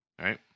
right